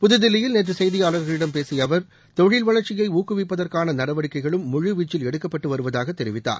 புதுதில்லியில் நேற்று செய்தியாளர்களிடம் பேசிய அவர் தொழில் வளர்ச்சியை ஊக்குவிப்பதற்கான நடவடிக்கைகளும் முழுவீச்சில் எடுக்கப்பட்டு வருவதாகத் தெரிவித்தார்